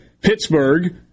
Pittsburgh